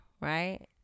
Right